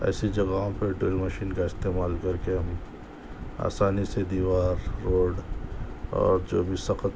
ایسی جگہوں پہ ڈرل مشین کا استعمال کر کے ہم آسانی سے دیوار روڈ اور جو بھی سخت